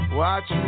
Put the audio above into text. watch